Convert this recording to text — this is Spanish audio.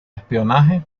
espionaje